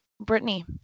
Brittany